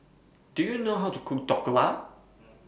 Do YOU know How to Cook Dhokla